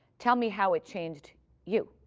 tell me how it changed you.